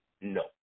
No